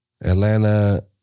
Atlanta